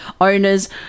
owners